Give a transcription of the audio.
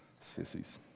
sissies